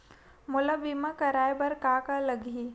मोला बीमा कराये बर का का लगही?